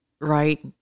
Right